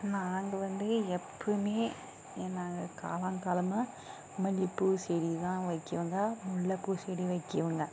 நாங்கள் வந்து எப்பவுமே நாங்கள் காலம் காலமாக மல்லிகைப்பூ செடிதான் வைக்கிவோங்க முல்லைப்பூ செடி வைக்கிவோங்க